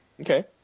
Okay